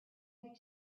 their